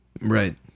Right